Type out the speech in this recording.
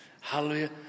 hallelujah